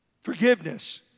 forgiveness